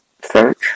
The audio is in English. Search